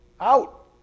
Out